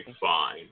fine